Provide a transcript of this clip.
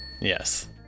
Yes